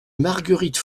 marguerite